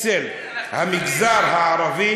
במגזר הערבי,